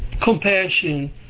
compassion